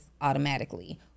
Automatically